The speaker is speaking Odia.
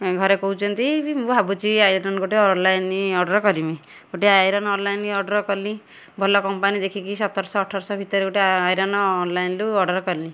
ଘରେ କହୁଛନ୍ତି ବି ମୁଁ ଭାବୁଛି ଆଇରନ୍ ଗୋଟେ ଅନ୍ଲାଇନ୍ ଅର୍ଡ଼ର୍ କରିମି ଗୋଟେ ଅନ୍ଲାଇନ୍ ଆଇରନ୍ ଅର୍ଡ଼ର୍ କନି ଭଲ କମ୍ପାନୀ ଦେଖିକି ସତରଶହ ଅଠରଶହ ଭିତରେ ଗୋଟେ ଆଇରନ୍ ଅନ୍ଲାଇନ୍ରୁ ଅର୍ଡ଼ର୍ କଲି